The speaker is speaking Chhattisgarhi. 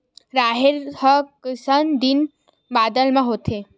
राहेर ह कइसन दिन बादर म होथे?